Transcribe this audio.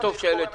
וטוב שהעלית